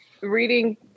reading